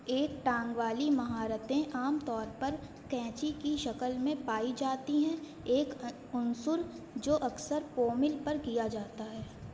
ایک ٹانگ والی مہارتیں عام طور پر کینچی کی شکل میں پائی جاتی ہیں ایک عنصر جو اکثر پومل پر کیا جاتا ہے